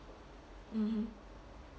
mmhmm